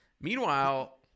meanwhile